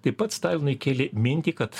taip pat stalinui kėlė mintį kad